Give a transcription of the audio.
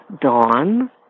Dawn